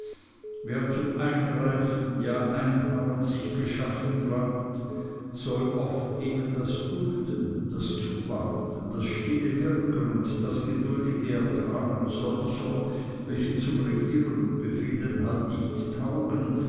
wer zum eingreifen ja einhauen sich geschaffen glaubt soll oft eben das dulden das zuwarten das stille wirken und das geduldige ertragen solcher welche zum regieren und befehlen halt nichts taugen